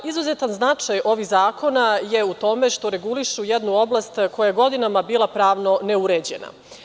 Izuzetan značaj ovih zakona je u tome što regulišu jednu oblast koja je godinama bila pravno neuređena.